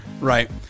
Right